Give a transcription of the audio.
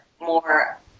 more